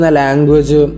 language